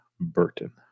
Burton